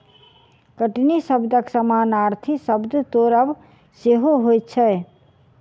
कटनी शब्दक समानार्थी शब्द तोड़ब सेहो होइत छै